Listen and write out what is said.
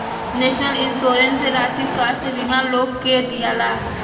national insurance से राष्ट्रीय स्वास्थ्य बीमा लोग के दियाला